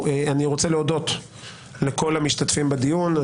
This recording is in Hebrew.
אני רוצה להודות לכל המשתתפים בדיון.